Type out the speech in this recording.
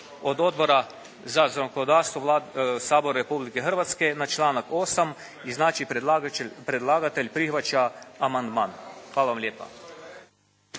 od Odbora za zakonodavstvo Sabora Republike Hrvatske na članak 8. i znači predlagatelj prihvaća amandman. Hvala vam lijepa.